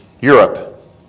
Europe